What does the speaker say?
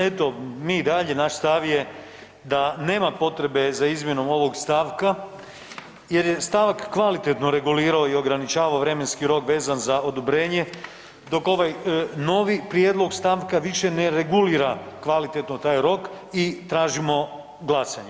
Eto, mi i dalje, naš stav je da nema potrebe za izmjenom ovog stavka jer je stavak kvalitetno regulirao i ograničavao vremenski rok vezan za odobrenje dok ovaj novi prijedlog stavka više ne regulira kvalitetno taj rok i tražimo glasanje.